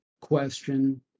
question